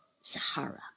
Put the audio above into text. sahara